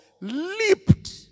leaped